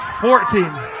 fourteen